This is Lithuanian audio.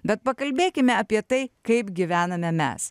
bet pakalbėkime apie tai kaip gyvename mes